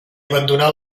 abandonà